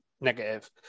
negative